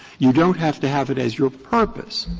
you don't have to have it as your purpose.